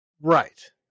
right